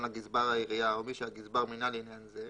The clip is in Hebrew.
לה גזבר העירייה או מי שהגזבר מינה לעניין זה,